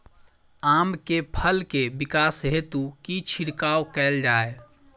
आम केँ फल केँ विकास हेतु की छिड़काव कैल जाए?